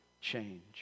change